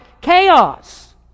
chaos